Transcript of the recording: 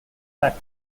fact